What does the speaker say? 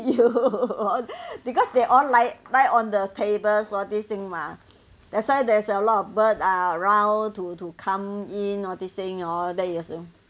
you because they all lie lie on the tables all this thing mah that's why there's a lot of bird ah around to to come in all this thing and all that also